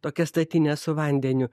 tokią statinę su vandeniu